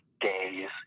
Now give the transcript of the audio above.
days